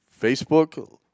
Facebook